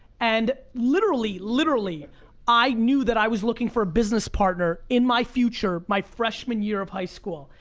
and literally, literally i knew that i was looking for a business partner in my future my freshman year of high school.